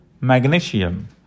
magnesium